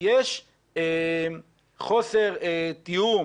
יש חוסר תיאום,